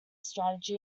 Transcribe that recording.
strategy